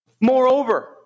Moreover